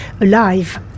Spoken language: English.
alive